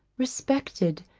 respected,